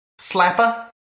slapper